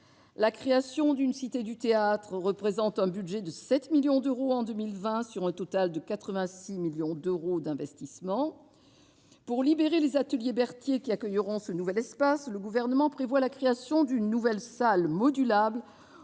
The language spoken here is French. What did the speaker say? La création d'une cité du théâtre représente un budget de 7 millions d'euros en 2020, sur un total de 86 millions d'euros d'investissement. Pour libérer les Ateliers Berthier, qui accueilleront cet espace, le Gouvernement prévoit la création d'une nouvelle salle modulable